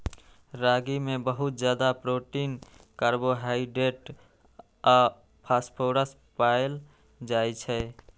रागी मे बहुत ज्यादा प्रोटीन, कार्बोहाइड्रेट आ फास्फोरस पाएल जाइ छै